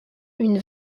une